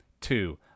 Two